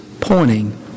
pointing